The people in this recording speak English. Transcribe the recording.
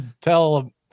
tell